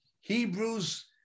Hebrews